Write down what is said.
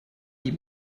die